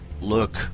look